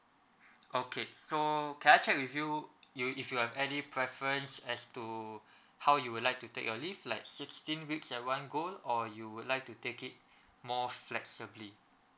okay so can I check with you you if you have any preference as to how you would like to take your leave like sixteen weeks at one go or you would like to take it more flexibly